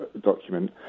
document